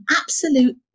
absolute